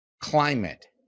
climate